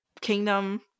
kingdom